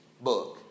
book